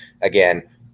Again